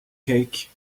cake